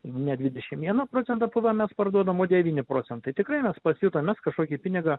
ne dvidešim vieną procentą pvm mes parduodam o devyni procentai tikrai mes pasijutom mes kažkokį pinigą